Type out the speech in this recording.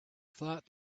thought